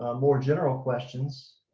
more general questions.